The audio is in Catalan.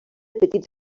petits